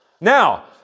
Now